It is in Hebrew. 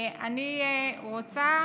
אני רוצה